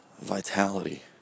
vitality